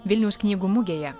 vilniaus knygų mugėje